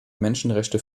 menschenrechte